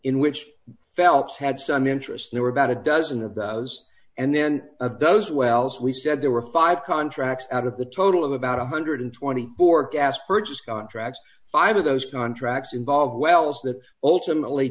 in which phelps had some interest there were about a dozen of those and then at those wells we said there were five contracts out of the total of about one hundred and twenty dollars who are gas purchase contracts five of those contracts involve wells that ultimately